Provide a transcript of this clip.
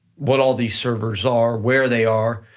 what all these servers are, where they are,